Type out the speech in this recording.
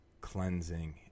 cleansing